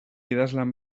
idazlan